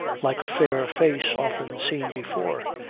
like a fair face often seen before,